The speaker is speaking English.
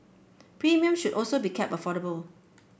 premiums should also be kept affordable